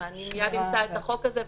אני מייד אמצא את החוק הזה.